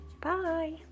Bye